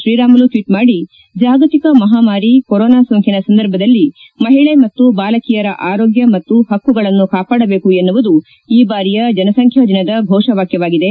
Sriramulu tweet ಮಾದಿ ಜಾಗತಿಕ ಮಹಾಮಾರಿ ಕೊರೊನಾ ಸೋಂಕಿನ ಸಂದರ್ಭದಲ್ಲಿ ಮಹಿಳೆ ಮತ್ತು ಬಾಲಕಿಯರ ಆರೋಗ್ಯ ಮತ್ತು ಹಕ್ಕುಗಳನ್ನು ಕಾಪಾಡಬೇಕು ಎನ್ನುವುದು ಈ ಬಾರಿಯ ಜನಸಂಖ್ಯಾ ದಿನದ ಘೋಷ ವಾಕ್ಯವಾಗಿದೆ